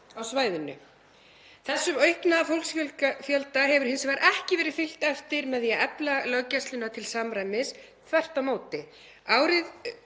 á svæðinu. Þessum aukna fólksfjölda hefur hins vegar ekki verið fylgt eftir með því að efla löggæsluna til samræmis, þvert á móti. Árið